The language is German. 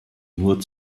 nur